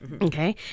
Okay